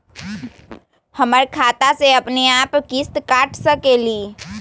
हमर खाता से अपनेआप किस्त काट सकेली?